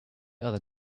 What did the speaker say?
other